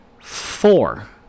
four